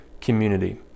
community